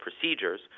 procedures